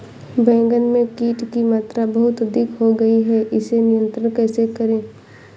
बैगन में कीट की मात्रा बहुत अधिक हो गई है इसे नियंत्रण कैसे करें?